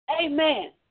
Amen